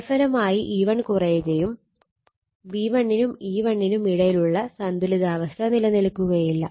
തൽഫലമായി E1 കുറയുകയും V1 നും E1 നും ഇടയിലുള്ള സന്തുലിതാവസ്ഥ നിലനിൽക്കുകയുമില്ല